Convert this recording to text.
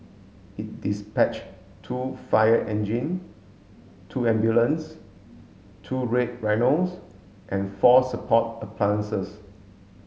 it dispatched two fire engine two ambulance two Red Rhinos and four support appliances